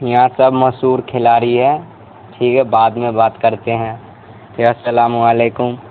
یہاں سب مشہور کھلاڑی ہے ٹھیک ہے بعد میں بات کرتے ہیں السلام علیکم